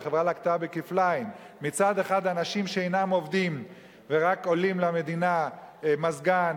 החברה לקתה כפליים: מצד אחד אנשים שאינם עובדים ורק עולים למדינה מזגן,